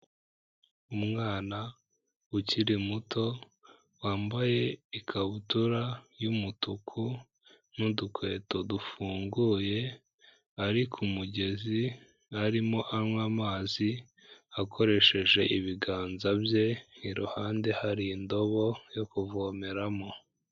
Umwana ukiri muto, wambaye ikabutura y'umutuku n'udukweto dufunguye ari ku mugezi, arimo anywa amazi akoresheje ibiganza bye, iruhande hari indobo yo kuvomeramo.